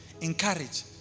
Encourage